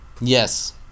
Yes